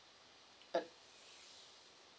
uh